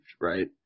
right